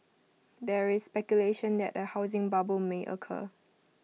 there is speculation that A housing bubble may occur